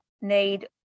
need